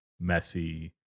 messy